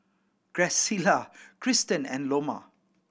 Graciela Cristen and Loma